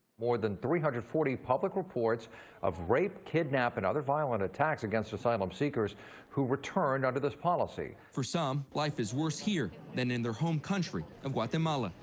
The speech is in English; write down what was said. more than three hundred and forty public reports of rape, kidnap, and other violent attacks against asylum seekers who returned under this policy. for some, life is worse here than in their home country of guatemala.